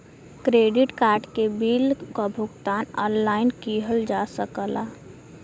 credit card के bill क भुगतान ऑनलाइन किहल जा सकला